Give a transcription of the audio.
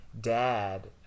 dad